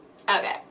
Okay